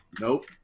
Nope